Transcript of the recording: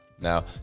Now